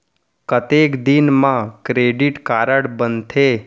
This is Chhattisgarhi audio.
कतेक दिन मा क्रेडिट कारड बनते?